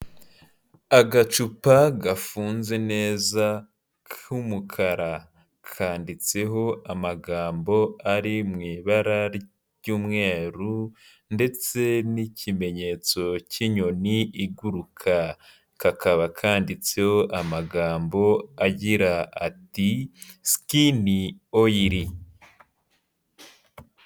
Agacupa gafunze neza k'umukara kanditseho amagambo ariw ibara ry'umweru ndetse n'ikimenyetso cy'inyoni iguruka kakaba kanditseho amagambo agira ati, "sikini oyili."